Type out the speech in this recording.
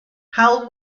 howell